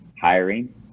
hiring